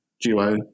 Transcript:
duo